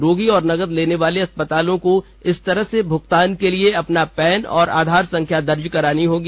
रोगी और नकद लेने वाले अस्पताल को इस तरह के भुगतान के लिए अपना पैन और आधार संख्या दर्ज करानी होगी